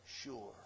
sure